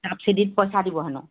চাবছিডিত পইচা দিবহেনো